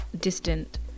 distant